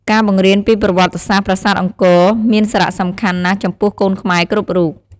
ការបង្រៀនពីប្រវត្តិសាស្ត្រប្រាសាទអង្គរមានសារៈសំខាន់ណាស់ចំពោះកូនខ្មែរគ្រប់រូប។